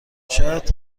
شاید